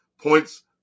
points